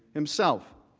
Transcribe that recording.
himself.